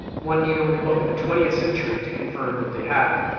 one need only look at the twentieth century to confirm that they have,